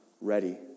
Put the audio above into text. ready